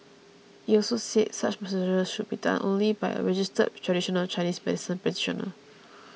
it also said such massages should be done only by a registered traditional Chinese medicine practitioner